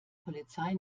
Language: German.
polizei